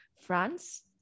France